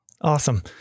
awesome